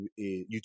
YouTube